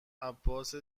عباس